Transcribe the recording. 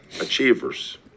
achievers